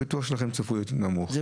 הביטוח שלכם צפוי להיות נמוך.